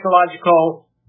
technological